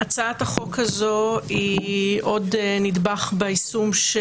בחלקה עוד נדבך ביישום של